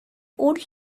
old